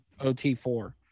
OT4